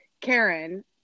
karen